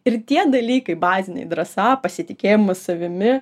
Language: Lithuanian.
ir tie dalykai baziniai drąsa pasitikėjimas savimi